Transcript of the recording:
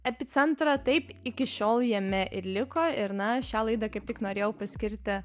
epicentrą taip iki šiol jame ir liko ir na šią laidą kaip tik norėjau paskirti